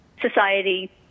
society